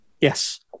Yes